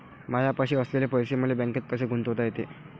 मायापाशी असलेले पैसे मले बँकेत कसे गुंतोता येते?